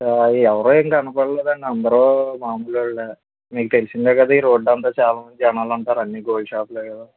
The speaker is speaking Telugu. ఎవరు ఏమి కనపడలేదండి అందరు మాములు వాళ్ళే మీకు తెలిసింది కదా ఈ రోడ్ అంతా చాలా మంది జనాలు ఉంటారు అన్నీ గోల్డ్ షాప్లే కదా